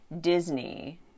Disney